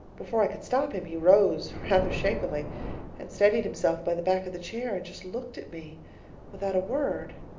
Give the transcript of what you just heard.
before i could stop him he rose rather shakily and steadied himself by the back of the chair and just looked at me without a word.